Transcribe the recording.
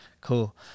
Cool